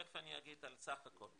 תיכף אני אגיד על סך הכול,